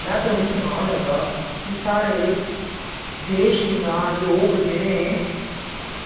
मैं तुसें गी सनान लगा कि साढ़े देश दियां लोग जि'नें